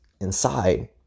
inside